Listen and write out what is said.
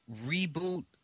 reboot –